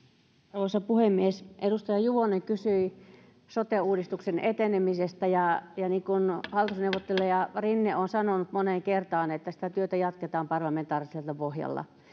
arvoisa puhemies edustaja juvonen kysyi sote uudistuksen etenemisestä niin kuin hallitusneuvottelija rinne on sanonut moneen kertaan sitä työtä jatketaan parlamentaarisella pohjalla